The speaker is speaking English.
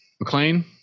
McLean